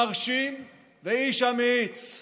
מרשים ואיש אמיץ.